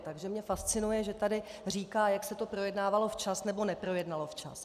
Takže mě fascinuje, že tady říká, jak se to projednávalo včas nebo neprojednalo včas.